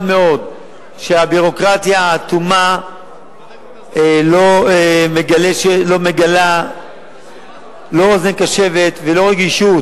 שהביורוקרטיה האטומה לא מגלה לא אוזן קשבת ולא רגישות,